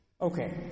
Okay